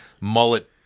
mullet